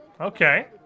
Okay